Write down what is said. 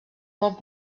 molt